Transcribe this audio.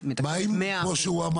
המדינה מתקצבת 100%. מה עם מה שהוא אמר?